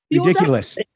Ridiculous